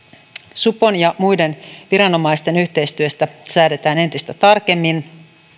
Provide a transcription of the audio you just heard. supon ja muiden viranomaisten yhteistyöstä säädetään entistä tarkemmin